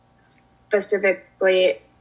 specifically